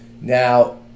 Now